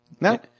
No